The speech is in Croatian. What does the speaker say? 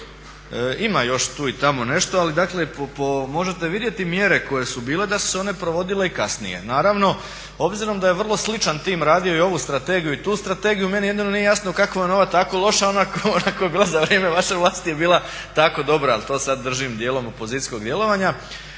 Ima još tu i tamo nešto ali dakle možete vidjeti mjere koje su bile da su se one provodile i kasnije. Naravno, obzirom da je vrlo sličan tim radio i ovu strategiju i tu strategiju meni jednino nije jasno kako vam je ova tako loša a ona koja je bila za vrijeme vaše vlasti je bila tako dobra. Ali to sada držim dijelom opozicijskog djelovanja.